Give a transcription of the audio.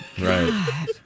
right